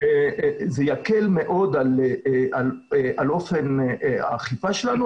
זה יקל מאוד על אופן האכיפה שלנו,